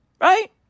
Right